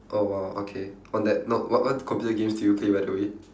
oh !wow! okay on that note what what computer games do you play by the way